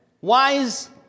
wise